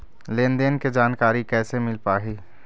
लेन देन के जानकारी कैसे मिल पाही?